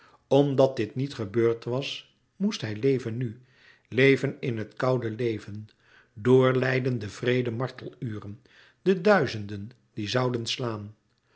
omdat dit niet gebeurd was moest hij leven nu leven in het koude leven doorlijden de wreede marteluren de duizenden die zouden slaan